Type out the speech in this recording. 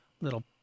little